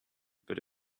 but